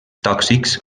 tòxics